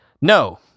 No